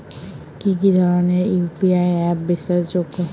কি কি ধরনের ইউ.পি.আই অ্যাপ বিশ্বাসযোগ্য?